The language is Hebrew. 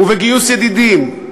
ובגיוס ידידים,